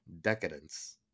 decadence